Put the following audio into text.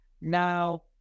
now